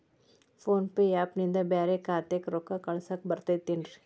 Phone pay app ನಿಂದ ಬ್ಯಾರೆ ಖಾತೆಕ್ ರೊಕ್ಕಾ ಕಳಸಾಕ್ ಬರತೈತೇನ್ರೇ?